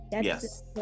Yes